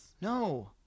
No